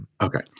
Okay